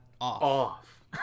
off